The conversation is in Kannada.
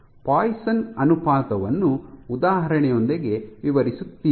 ಪಾಯ್ಸನ್ ಅನುಪಾತವನ್ನು ಉದಾಹರಣೆಯೊಂದಿಗೆ ವಿವರಿಸುತ್ತೀನಿ